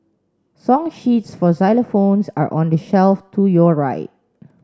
song sheets for xylophones are on the shelf to your right